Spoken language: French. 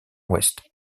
ouest